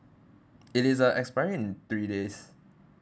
it is uh expiring in three days